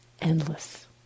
endless